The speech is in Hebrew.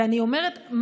ואני אומרת,